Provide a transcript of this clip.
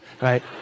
right